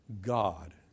God